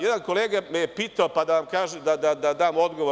Jedan kolega me je pitao, pa da dam odgovor.